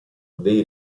dei